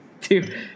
two